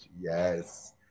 Yes